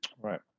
Right